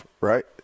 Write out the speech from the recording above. right